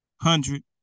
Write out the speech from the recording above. hundred